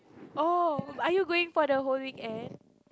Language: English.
oh are you going for the whole weekend